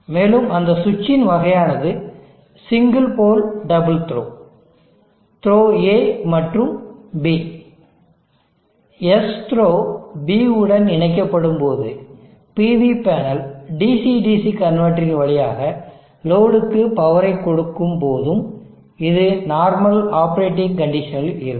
மேலும் அந்த சுவிட்சின் வகையானது சிங்கிள்போல் டபுள் த்ரோத்ரோA மற்றும் B S த்ரோ B உடன் இணைக்கப்படும்போது PV பேனல் DC DC கன்வெர்ட்டரின் வழியாக லோடுக்கு பவரை கொடுக்கும்போதும் இது நார்மல் ஆப்பரேட்டிங் கண்டிஷனில் இருக்கும்